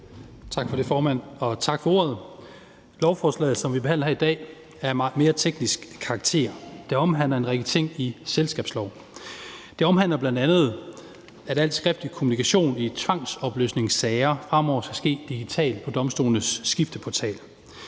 Tak for det, formand, og tak for ordet. Lovforslaget, som vi behandler her i dag, er af teknisk karakter. Det omhandler en række ting i selskabsloven. Det omhandler bl.a., at al skriftlig kommunikation i tvangsopløsningssager fremover skal ske digitalt på domstolenes skifteportal.